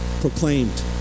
proclaimed